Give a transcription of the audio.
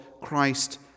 Christ